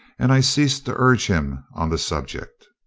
and i ceased to urge him on the subject.